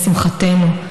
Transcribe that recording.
לשמחתנו,